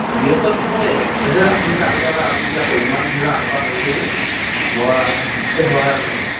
অঁ ব্যস্ত থাকোৱেই ত' সেই আপুনি যদি আগতীয়কৈ আপুনি এতিয়া ইমান দিনৰ আগৰ পৰা কৈছে যে মই আপোনাক লৈছোঁ